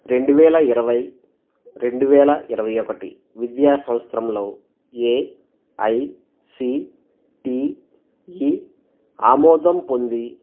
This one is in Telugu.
రెండు వేల ఇరవై రెండు వేల ఇరవై ఒకటి విద్యాసంస్త్రంలో ఏఐసిటిఇ ఆమోదం పొంది